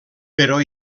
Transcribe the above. però